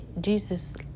Jesus